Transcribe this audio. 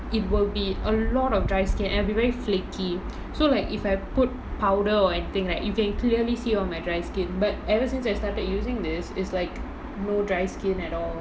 it will be a lot of dry skin and it'll be very flaky so like if I put powder or anything like you can clearly see all my dry skin but ever since I started using this it's like no dry skin at all